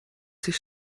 sich